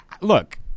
look